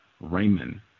Raymond